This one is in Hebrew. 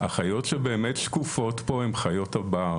החיות שבאמת שקופות פה הן חיות הבר,